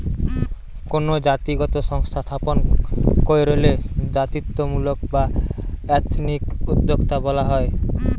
কোনো জাতিগত সংস্থা স্থাপন কইরলে জাতিত্বমূলক বা এথনিক উদ্যোক্তা বলা হয়